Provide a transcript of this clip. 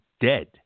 dead